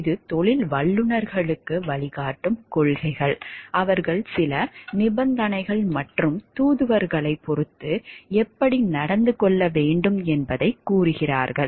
இது தொழில் வல்லுநர்களுக்கு வழிகாட்டும் கொள்கைகள் அவர்கள் சில நிபந்தனைகள் மற்றும் தூதுவர்களைப் பொறுத்து எப்படி நடந்து கொள்ள வேண்டும் என்பதை கூறுகிறது